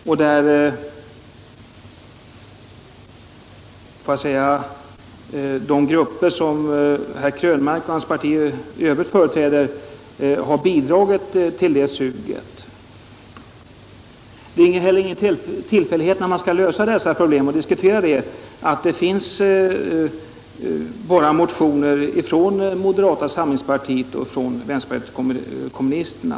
Och jag får säga att de grupper som herr Krönmark och hans parti företräder har bidragit till detta sug. Det är heller ingen tillfällighet att när vi skall diskutera och lösa detta problem finns det reservationer bara från moderata samlingspartiet och vänsterpartiet kommunisterna.